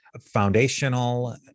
foundational